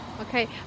okay